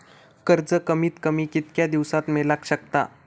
कर्ज कमीत कमी कितक्या दिवसात मेलक शकता?